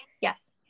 yes